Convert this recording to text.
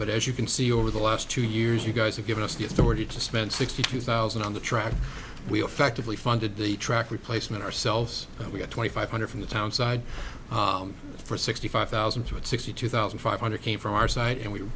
but as you can see over the last two years you guys have given us the authority to spend sixty two thousand on the track we affectively funded the track replacement ourselves but we got twenty five hundred from the town side for sixty five thousand and sixty two thousand five hundred came from our site and we